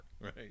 right